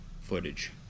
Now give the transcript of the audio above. footage